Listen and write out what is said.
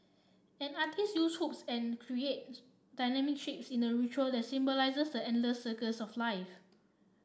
an artiste uses hoops and create dynamic shapes in a ritual that symbolises the endless circles of life